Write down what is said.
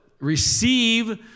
Receive